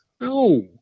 no